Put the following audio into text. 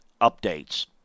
updates